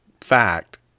fact